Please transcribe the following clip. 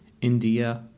India